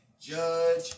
Judge